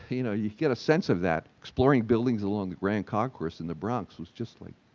you know. you get a sense of that, exploring buildings along the grand concourse in the bronx was just like,